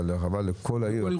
אלא לכל העיר,